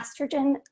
estrogen